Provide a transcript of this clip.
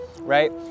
right